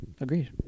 Agreed